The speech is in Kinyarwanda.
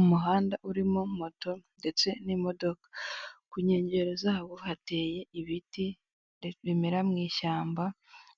Umuhanda urimo moto ndetse n'imodoka, ku nkengero zawo hateye ibiti bimera mw'ishyamba